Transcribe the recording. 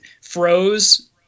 froze